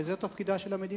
הרי זה תפקידה של המדינה.